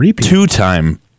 two-time